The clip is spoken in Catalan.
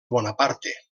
bonaparte